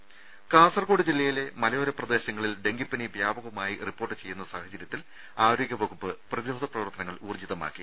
ദേശ കാസർകോട് ജില്ലയിലെ മലയോര പ്രദേശങ്ങളിൽ ഡെങ്കിപ്പനി വ്യാപകമായി റിപ്പോർട്ട് ചെയ്യുന്ന സാഹചര്യത്തിൽ ആരോഗ്യവകുപ്പ് പ്രതിരോധ പ്രവർത്തനങ്ങൾ ഊർജ്ജിതമാക്കി